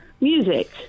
music